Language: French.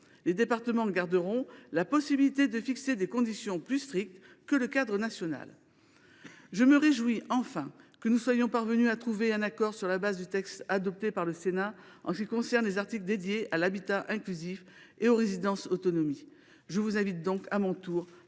Les départements auront toujours la possibilité de fixer des conditions plus strictes que le cadre national. Je me réjouis enfin que nous soyons parvenus à trouver un accord sur la base du texte adopté par le Sénat pour ce qui concerne les articles dédiés à l’habitat inclusif et aux résidences autonomie. Mes chers collègues, je vous invite